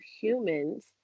humans